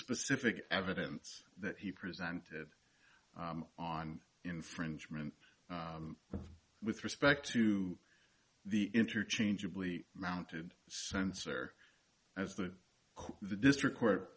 specific evidence that he presented on infringement with respect to the interchangeably mounted sensor as the the district court